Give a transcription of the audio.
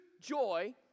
joy